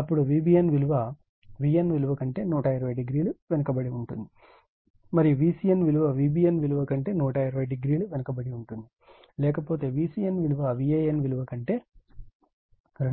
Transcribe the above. అప్పుడు Vbn విలువ Vn విలువ కంటే 120 o వెనుకబడి ఉంటుంది మరియు Vcn విలువ Vbn విలువ కంటే 120o వెనుకబడి ఉంటుంది లేకపోతే Vcn విలువ Van విలువ కంటే 240 o వెనుకబడి ఉంటుంది